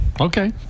Okay